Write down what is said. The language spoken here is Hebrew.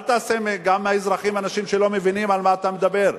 אל תעשה גם מהאזרחים אנשים שלא מבינים על מה אתה מדבר.